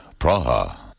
Praha